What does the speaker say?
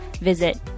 visit